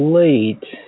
late